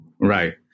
Right